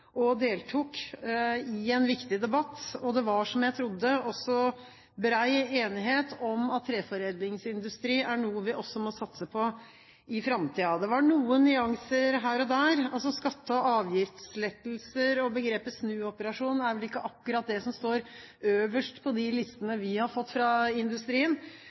og deltok i en viktig debatt. Og det var, som jeg trodde, også bred enighet om at treforedlingsindustri er noe vi også må satse på i framtiden. Det var noen nyanser her og der. Skatte- og avgiftslettelser og begrepet «snuoperasjon» er vel ikke akkurat det som står øverst på de listene vi har fått fra industrien.